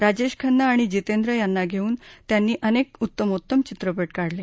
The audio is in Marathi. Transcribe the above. राजेश खन्ना आणि जितेंद्र यांना घेऊन त्यांनी अनेक उत्तमोत्तम चित्रपट काढले